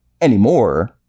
anymore